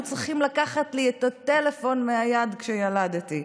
היו צריכים לקחת לי את הטלפון מהיד כשילדתי.